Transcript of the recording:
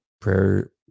Prayer